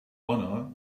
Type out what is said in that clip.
honor